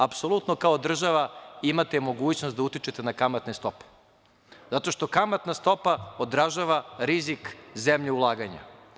Apsolutno kao država imate mogućnost da utičete na kamatne stope, zato što kamatna stopa odražava rizik zemlje u ulaganja.